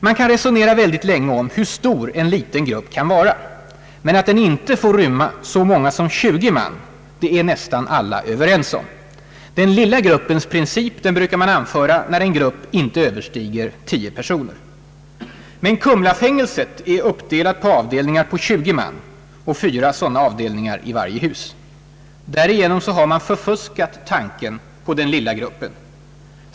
Man kan resonera mycket länge om hur stor »en liten grupp» kan vara — men att den inte får rymma så många som 20 man är nästan alla överens om. Den lilla gruppens princip brukar man anföra när en grupp inte överstiger 10 personer. Kumlafängelset är uppdelat på avdelningar om 20 man och fyra sådana avdelningar i varje hus. Därigenom har man förfuskat tanken på den lilla gruppen.